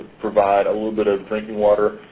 provide a little bit of drinking water.